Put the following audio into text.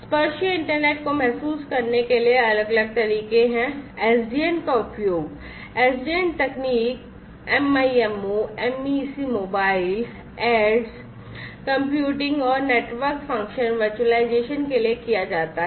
स्पर्शनीय internet को महसूस करने के लिए अलग अलग तरीके हैं SDN का उपयोग SDN तकनीक MIMO MEC mobile edge computing और नेटवर्क फ़ंक्शन वर्चुअलाइजेशन के लिए किया जाता है